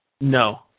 No